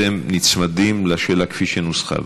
אתם נצמדים לשאלה כפי שהיא נוסחה.